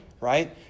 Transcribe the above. right